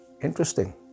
Interesting